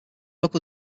local